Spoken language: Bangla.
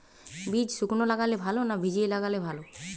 বীজ শুকনো লাগালে ভালো না ভিজিয়ে লাগালে ভালো?